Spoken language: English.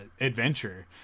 adventure